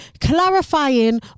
clarifying